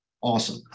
Awesome